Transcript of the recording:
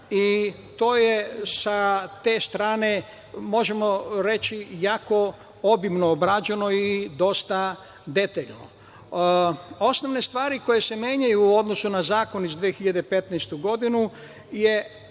i to je, sa te strane možemo reći, jako obimno obrađeno i dosta detaljno. Osnovne stvari koje se menjaju u odnosu na Zakon iz 2015. godine je